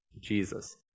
Jesus